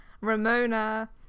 Ramona